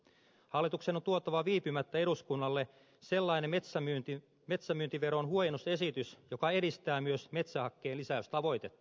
hallituksen on tuotava viipymättä eduskunnalle sellainen metsän myyntiveron huojennusesitys joka edistää myös metsähakkeen lisäystavoitetta